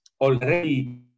already